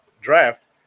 draft